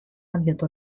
abierto